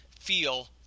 feel